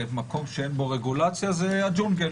מקום שאין בו רגולציה זה ג'ונגל.